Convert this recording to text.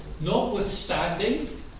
notwithstanding